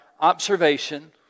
observation